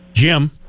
Jim